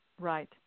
Right